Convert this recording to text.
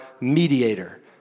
mediator